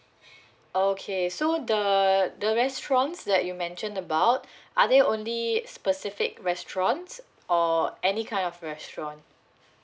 okay so the the restaurants that you mentioned about are they only a specific restaurants or any kind of restaurant